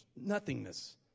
nothingness